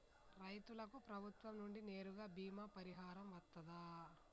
రైతులకు ప్రభుత్వం నుండి నేరుగా బీమా పరిహారం వత్తదా?